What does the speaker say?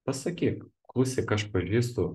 pasakyk klausyk aš pažįstu